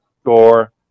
score